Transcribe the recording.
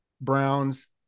Browns